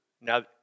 Now